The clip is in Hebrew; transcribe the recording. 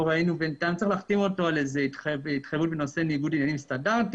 צריך להחתים אותו על התחייבות סטנדרטית בנושא ניגוד עניינים,